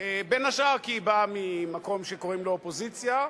בין השאר כי היא באה ממקום שקוראים לו אופוזיציה,